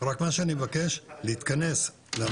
רק מה שאני מבקש הוא להתכנס לנושא,